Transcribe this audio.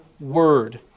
word